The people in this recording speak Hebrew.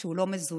שהוא לא מזוהה,